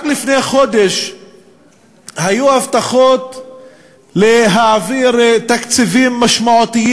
רק לפני חודש היו הבטחות להעביר תקציבים משמעותיים